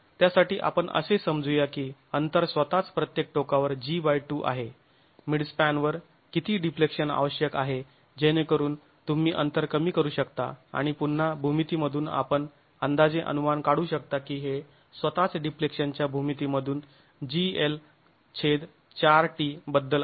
तर त्यासाठी आपण असे समजूया की अंतर स्वतःच प्रत्येक टोकावर g2 आहे मिडस्पॅनवर किती डिफ्लेक्शन आवश्यक आहे जेणेकरून तुम्ही अंतर कमी करू शकता आणि पुन्हा भूमितीमधून आपण अंदाजे अनुमान काढू शकता की हे स्वतःच डिफ्लेक्शनच्या भूमितीमधून gL4t बद्दल आहे